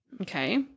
Okay